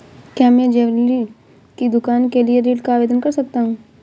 क्या मैं ज्वैलरी की दुकान के लिए ऋण का आवेदन कर सकता हूँ?